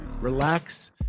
relax